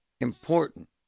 important